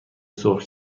سرخ